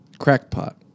Crackpot